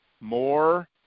more